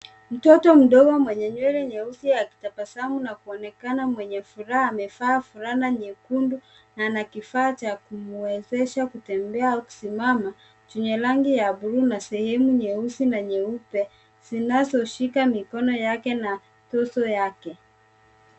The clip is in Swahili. Mtoto mdogo mwenye nywele nyeusi akitabasamu na kuonekana mwenye furaha amevaa fulana nyekundu na ana kifaa cha kumwezesha kutembea au kusimama chenye rangi ya buluu na sehemu nyeusi na nyeupe zinazoshika mikono yake na toso yake.